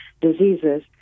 diseases